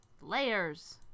Layers